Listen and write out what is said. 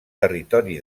territori